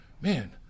man